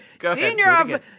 Senior